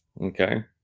Okay